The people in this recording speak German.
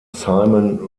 simon